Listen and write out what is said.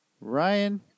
Ryan